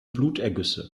blutergüsse